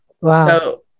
Wow